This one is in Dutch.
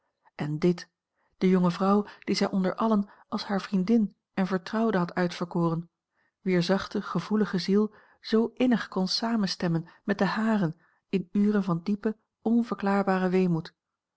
en dit de jonge vrouw die zij onder allen als hare vriendin en vertrouwde had uitverkoren wier zachte gevoelige ziel zoo innig kon samenstemmen met de hare in uren van diepen onverklaarbaren weemoed